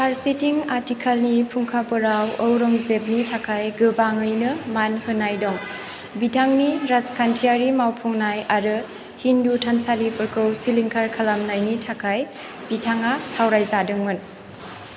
फारसेथिं आथिखालनि फुंखाफोराव औरंजेबनि थाखाय गोबाङैनो मान होनाय दं बिथांनि राजखान्थियारि मावफुंनाय आरो हिन्दु थानसालिफोरखौ सिलिंखार खालामनायनि थाखाय बिथाङा सावरायजादोंमोन